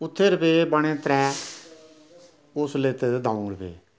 अर्ऱे रपे बने त्रै उस लैते दे द'ऊं रपे